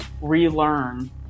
relearn